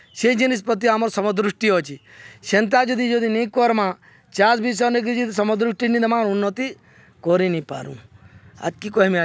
ସେ ଜିନିଷ୍ ପ୍ରତି ଆମର୍ ସମଦୃଷ୍ଟି ଅଛେ ସେନ୍ତା ଯଦି ଯଦି ନେଇ କର୍ମା ଚାଷ୍ ବିଷୟନେ କି ଯଦି ସମଦୃଷ୍ଟି ନି ଦେମା ଉନ୍ନତି କରିନିପାରୁ ହେତ୍କି କହେମେ ଆ